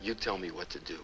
you tell me what to do